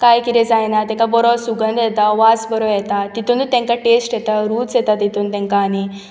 कांय कितें जायना तेका बरो सुगंध येता वास बरो येता तितूनच तेंका टेस्ट येता रूच येता तितून तेंकां आनीक